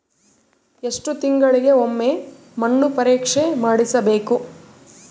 ಎಷ್ಟು ತಿಂಗಳಿಗೆ ಒಮ್ಮೆ ಮಣ್ಣು ಪರೇಕ್ಷೆ ಮಾಡಿಸಬೇಕು?